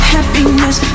Happiness